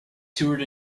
toured